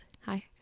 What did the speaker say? hi